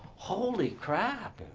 holy crap.